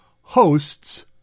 hosts